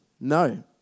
No